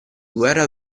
guerra